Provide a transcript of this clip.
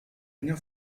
enge